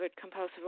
compulsive